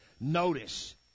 Notice